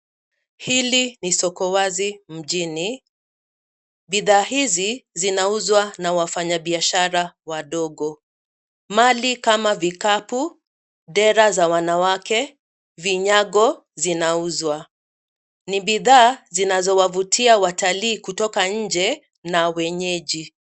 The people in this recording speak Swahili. Hili ni soko wazi mjini. Bidhaa hizi zinauzwa na wafanyabiashara wadogo. Mali kama vikapu, dera za wanawake, vinyago zinauzwa. Ni bidhaa zinazowavutia watalii kutoka nje na wenyeji.